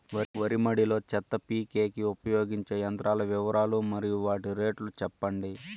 వరి మడి లో చెత్త పీకేకి ఉపయోగించే యంత్రాల వివరాలు మరియు వాటి రేట్లు చెప్పండి?